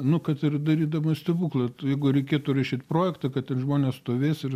nu kad ir darydamas stebuklą jeigu reikėtų rašyt projektą kad ten žmonės stovės ir